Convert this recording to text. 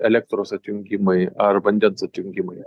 elektros atjungimai ar vandens atjungimai